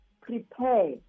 prepare